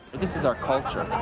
this is our culture.